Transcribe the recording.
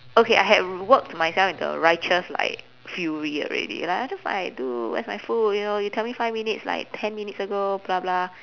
okay I had worked myself into a righteous like fury already like I just like dude where's my food you know you tell me five minutes like ten minutes ago blah blah